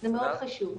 זה מאוד חשוב.